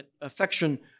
affection